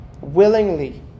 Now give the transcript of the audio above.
Willingly